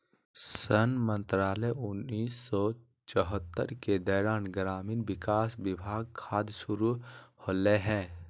सन मंत्रालय उन्नीस सौ चैह्त्तर के दौरान ग्रामीण विकास विभाग खाद्य शुरू होलैय हइ